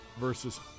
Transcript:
versus